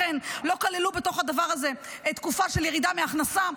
ולא כללו בתוך הדבר הזה תקופה של ירידה מהכנסה,